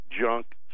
junk